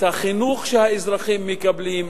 את החינוך שהאזרחים מקבלים,